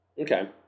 Okay